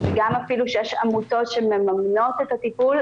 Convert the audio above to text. גם אפילו כשיש עמותות שמממנות את הטיפול,